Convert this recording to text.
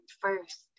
first